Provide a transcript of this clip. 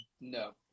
no